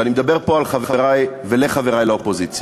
ואני מדבר פה על חברי ולחברי לאופוזיציה.